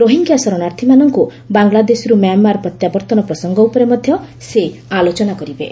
ରୋହିଙ୍ଗ୍ୟା ଶରଣାର୍ଥୀମାନଙ୍କୁ ବାଂଲାଦେଶରୁ ମ୍ୟାମାର୍ ପ୍ରତ୍ୟାବର୍ତ୍ତନ ପ୍ରସଙ୍ଗ ଉପରେ ମଧ୍ୟ ସେ ଆଲୋଚନା କରିବେ